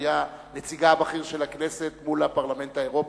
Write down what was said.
שהיה נציגה הבכיר של הכנסת מול הפרלמנט האירופי,